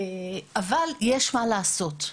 אבל, יש מה לעשות.